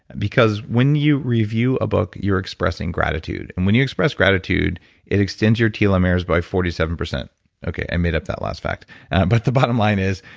because when you review a book you're expressing gratitude and when you express gratitude it extends your telomeres by forty seven percent okay, i made up that last fact but the bottom line is,